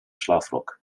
szlafrok